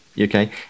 okay